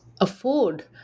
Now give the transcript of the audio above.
afford